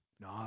No